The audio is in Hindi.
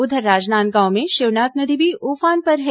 उधर राजनांदगांव में शिवनाथ नदी भी उफान पर है